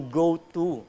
go-to